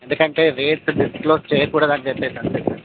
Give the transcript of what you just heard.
ఎందుకంటే rate disclose చేయకూడదని చెప్పేసి అంతే సార్